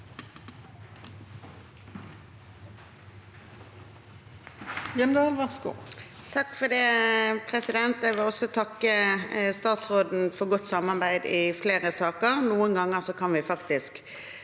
(FrP) Jeg vil også takke statsråden for godt samarbeid i flere saker. Noen ganger kan vi faktisk